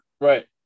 Right